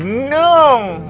no